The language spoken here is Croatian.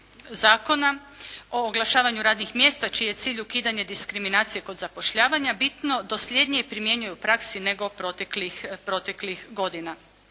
zakona o oglašavanju radnih mjesta čiji je cilj ukidanje diskriminacije kod zapošljavanja bitno dosljednije primjenjuju u praksi nego proteklih godina.